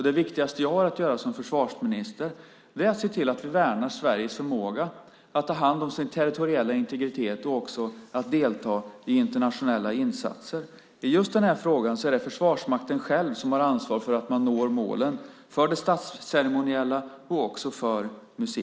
Det viktigaste jag har att göra som försvarsminister är att se till att vi värnar Sveriges förmåga att ta hand om sin territoriella integritet och att delta i internationella insatser. I just den här frågan är det Försvarsmakten själv som har ansvar för att man når målen för det statsceremoniella och även för musiken.